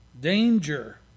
Danger